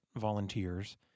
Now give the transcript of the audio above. volunteers